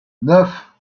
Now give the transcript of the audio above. neuf